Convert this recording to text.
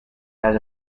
has